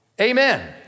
amen